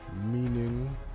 meaning